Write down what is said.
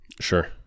Sure